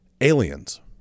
aliens